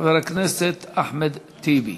חבר הכנסת אחמד טיבי.